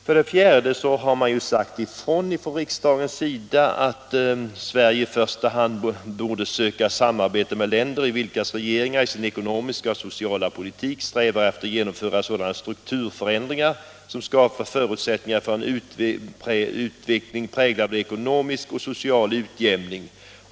För det fjärde har riksdagen sagt ifrån att Sverige i första hand bör söka samarbete med länder, vilkas regeringar i sin ekonomiska och sociala politik strävar efter att genomföra sådana strukturförändringar som skapar förutsättningar för en utveckling präglad av ekonomisk och social utjämning.